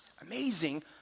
amazing